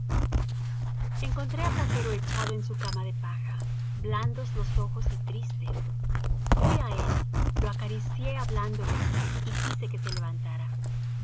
encontré á platero echado en su cama de paja blandos los ojos y tristes fuí á él lo acaricié hablándole y quise que se levantara